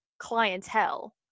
clientele